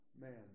man